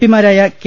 പിമാരായ K